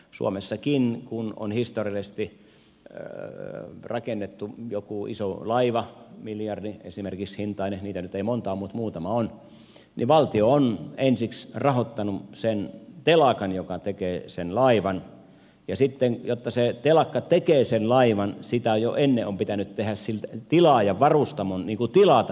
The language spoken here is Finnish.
suomessakin kun on historiallisesti rakennettu joku iso laiva esimerkiksi miljardin hintainen niitä nyt ei montaa ole mutta muutama on niin valtio on ensiksi rahoittanut sen telakan joka tekee sen laivan ja sitten jotta se telakka tekee sen laivan jo ennen sitä on pitänyt tilaajan varustamon tilata se laiva